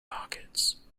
pockets